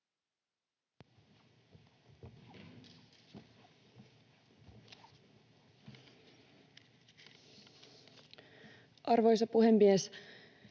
Arvoisa puhemies!